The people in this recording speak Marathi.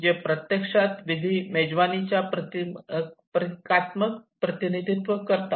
जे प्रत्यक्षात विधी मेजवानी च्या प्रतिकात्मक प्रतिनिधित्व करतात